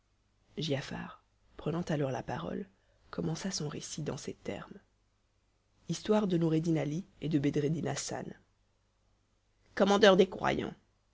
giafar prenant alors la parole commença son récit dans ces termes histoire de noureddin ali et de bedreddin hassan commandeur des croyants